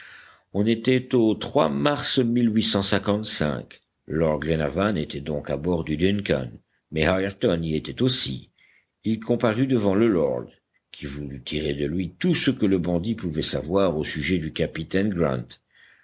on était au mars lord glenarvan était donc à bord du duncan mais ayrton y était aussi il comparut devant le lord qui voulut tirer de lui tout ce que le bandit pouvait savoir au sujet du capitaine grant